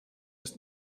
ist